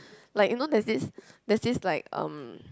like you know there is there's this like um